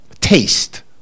taste